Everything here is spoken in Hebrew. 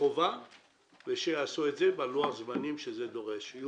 ושיעשו את זה בלוח-זמנים שזה דורש.